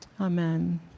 Amen